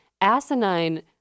asinine